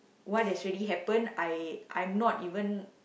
what has already happened I I'm not even